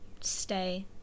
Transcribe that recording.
stay